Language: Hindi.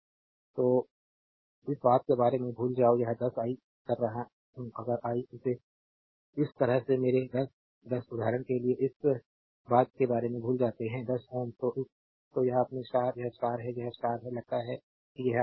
स्लाइड समय देखें a107 तो इस बात के बारे में भूल जाओ यह 10 आई कर रहा हूं अगर आई इसे इस तरह से मेरे १० १० Ω उदाहरण के लिए इस बात के बारे में भूल जाते हैं 10 Ω तो यह अपने स्टार यह स्टार है यह स्टार है लगता है कि यह R1 है